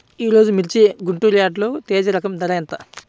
ఈరోజు మిర్చి గుంటూరు యార్డులో తేజ రకం ధర ఎంత?